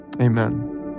amen